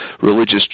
religious